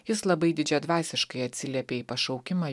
jis labai didžiadvasiškai atsiliepė į pašaukimą